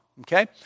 Okay